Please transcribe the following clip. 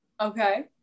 okay